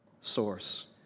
source